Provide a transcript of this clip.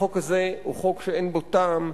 החוק הזה הוא חוק שאין בו טעם,